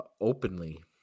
openly